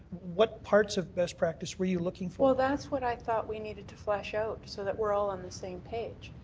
what parts of best practice were you looking for? that's what i thought we needed flesh out so that we're all on the same page.